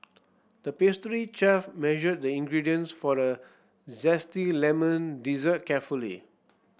the pastry chef measured the ingredients for a zesty lemon dessert carefully